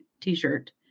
t-shirt